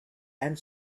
and